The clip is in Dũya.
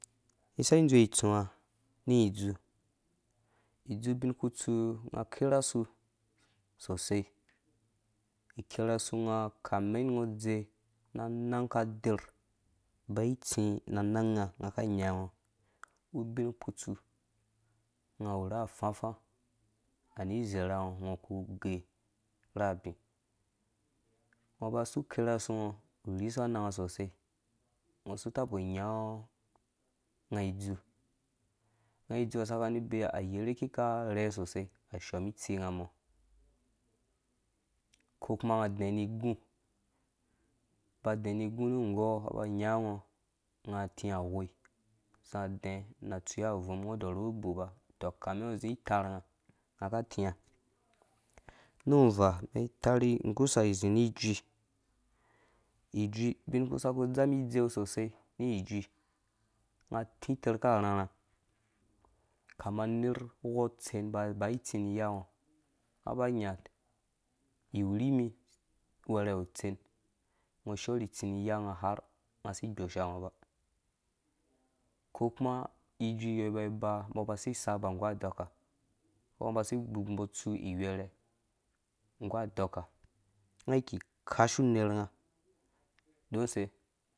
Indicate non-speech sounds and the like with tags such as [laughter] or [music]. Isaki ĩdzowe itũwã nni idzuu idzuu ubinkutsu nga akerasu sosai, ikerasu nga kame ungo udze na anang aka der ubai itsi na anang nga unju aka anyaa ungo ubinkutsu unga awurauwu uge ra abĩ ungo ubasi iker asungo urhisɔ amanga sosai, ungo usi itapa unyã unga idzuu unga idzuu asara abee ayerhe aka arhee usosai na shɔmi itsinga umɔ̃ uko kuma unga adɛɛ ni igu nu ungɔɔ na anya ngo unga atĩ awoi azia adɛɛ̃ na atsua avum nu ungo udɔrhu ugbupa, uto, kami ungo uzi itar nga nga aka tia nu vuvaa umɛn itar igusa izĩ ni ijui, ijui ubin uku saku dzamum idzeu sosai ni ijui, unga atite raka rharha ukama uner uwo atsen oba itsĩ ni iyango, nga aba iwurimi uwɛrɛ awu utsen, ungo ushiɔ ri itsĩ yi iyanga uhar unga [unintelligible] uko kuma ijui iyø baiba umbo aba asi isaba nggu aɔka uko umbɔ asi igbupu mbɔ utsuu iwerhɛ nggu adɔka unga kikashu unernga [unintelligible]